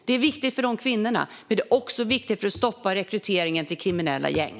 Det är viktigt för de utrikes födda kvinnorna, och det är också viktigt för att stoppa rekryteringen till kriminella gäng.